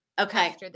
Okay